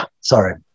sorry